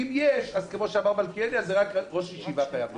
אם יש, כמו שאמר מלכיאלי, רק ראש ישיבה חייב להיות